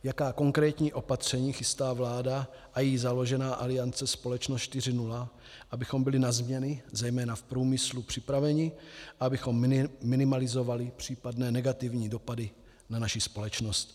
Jaká konkrétní opatření chystá vláda a jí založená Aliance Společnost 4.0, abychom byli na změny, zejména v průmyslu, připraveni a abychom minimalizovali případné negativní dopady na naši společnost.